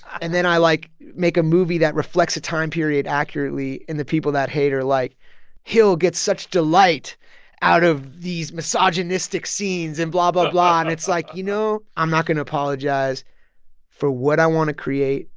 and then i, like, make a movie that reflects a time period accurately and the people that hate are like he'll get such delight out of these misogynistic scenes and blah, blah, blah. and it's like, you know, i'm not going to apologize for what i want to create,